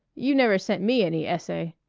you never sent me any essay.